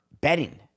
betting